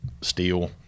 steel